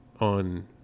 on